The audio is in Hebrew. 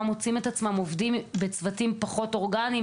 מוצאים את עצמם עובדים בצוותים פחות אורגניים,